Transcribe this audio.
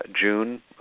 June